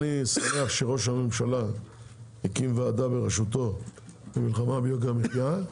אני שמח שראש הממשלה הקים ועדה בראשותו למלחמה ביוקר המחיה.